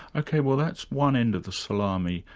ok, well that's one end of the salami.